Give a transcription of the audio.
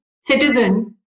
citizen